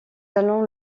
allons